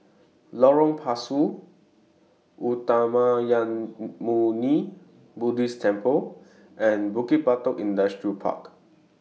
Lorong Pasu Uttamayanmuni Buddhist Temple and Bukit Batok Industrial Park